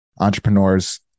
entrepreneurs